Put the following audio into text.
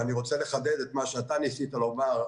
אבל אני רוצה לחדד את מה שאתה ניסית לומר,